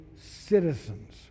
citizens